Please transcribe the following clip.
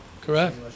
Correct